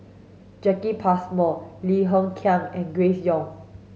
Jacki Passmore Lim Hng Kiang and Grace Young